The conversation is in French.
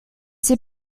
ses